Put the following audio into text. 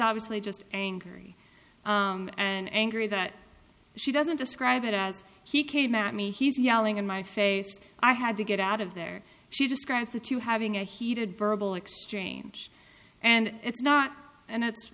obviously just angry and angry that she doesn't describe it as he came at me he's yelling in my face i had to get out of there she describes the two having a heated verbal exchange and it's not and it's